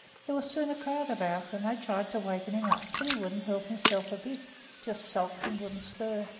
there was soon a crowd about, and they tried to wakken him up but he wouldn't help hisself a bit just sulked and wouldn't stir.